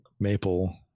maple